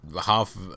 Half